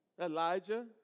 Elijah